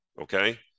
Okay